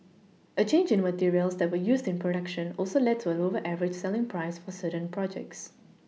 a change in materials that were used in production also led to a lower Average selling price for certain projects